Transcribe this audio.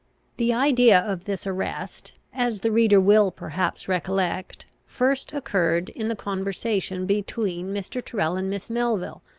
the idea of this arrest, as the reader will perhaps recollect, first occurred, in the conversation between mr. tyrrel and miss melville,